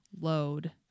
load